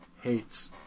hates